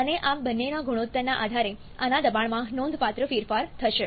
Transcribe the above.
અને આ બંનેના ગુણોત્તરના આધારે આના દબાણમાં નોંધપાત્ર ફેરફાર થશે